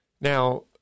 Now